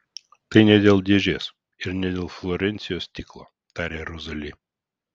tai ne dėl dėžės ir ne dėl florencijos stiklo tarė rozali